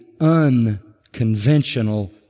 unconventional